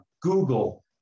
Google